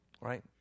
right